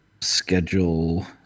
schedule